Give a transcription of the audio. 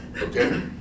okay